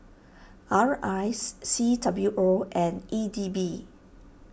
R I C W O and E D B